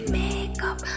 makeup